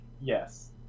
Yes